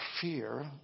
fear